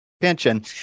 pension